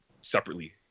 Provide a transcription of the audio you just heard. separately